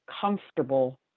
comfortable